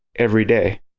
every day.